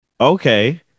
okay